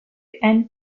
and